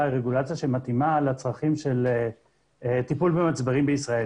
היא רגולציה שמתאימה לצרכים של טיפול במצברים בישראל.